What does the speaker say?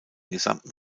gesamten